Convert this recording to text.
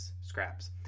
scraps